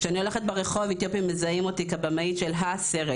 כשאני הולכת ברחוב אתיופים מזהים אותי כבמאית של ה-סרט.